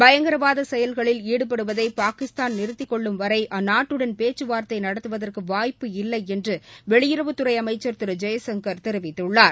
பயங்கரவாத செயல்களில் ஈடுவடுவதை பாகிஸ்தான் நிறுத்திக் கொள்ளும் வரை அந்நாட்டுடன் பேச்சுவார்த்தை நடத்துவதற்கு வாய்ப்பு இல்லை என்று வெளியுறவுத்துறை அமைச்ச் திரு ஜெயசங்கர் தெரிவித்துள்ளார்